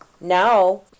now